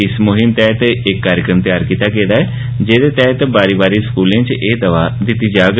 इस मुहिम तैहत इक कार्यक्रम तैआर कीता गेदा ऐ जेहदे तैहत बारी बारी स्कूलें च एह् दवा दित्ती जाग